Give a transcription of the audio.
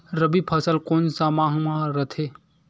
रबी फसल कोन सा माह म रथे?